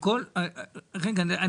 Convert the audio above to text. רגע.